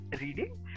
reading